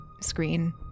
screen